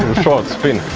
short spin!